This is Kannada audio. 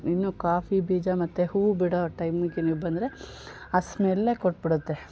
ಇನ್ನು ಕಾಫಿ ಬೀಜ ಮತ್ತೆ ಹೂ ಬಿಡೋ ಟೈಮಿಗೆ ನೀವು ಬಂದರೆ ಆ ಸ್ಮೆಲ್ಲೇ ಕೊಟ್ಟುಬಿಡುತ್ತೆ